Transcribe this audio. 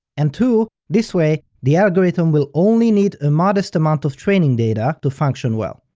and two, this way, the algorithm will only need a modest amount of training data to function well.